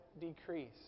decrease